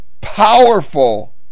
powerful